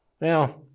Now